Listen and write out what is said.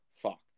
fuck